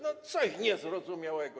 No coś niezrozumiałego.